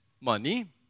money